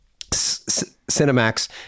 Cinemax